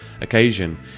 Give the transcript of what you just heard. occasion